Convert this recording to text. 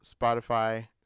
Spotify